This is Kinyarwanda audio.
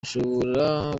bishobora